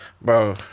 bro